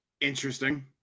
Interesting